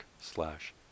slash